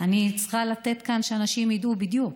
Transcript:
אני צריכה לומר כאן, כדי שאנשים ידעו בדיוק: